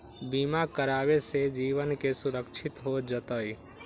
बीमा करावे से जीवन के सुरक्षित हो जतई?